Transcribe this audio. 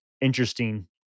interesting